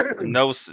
No